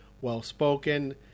well-spoken